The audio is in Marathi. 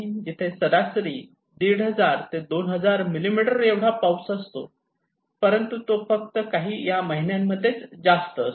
तिथे सरासरी 1500 ते 2000 मिलिमीटर एवढा पाऊस असतो परंतु तो फक्त या महिन्यांमध्ये जास्त असतो